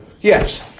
Yes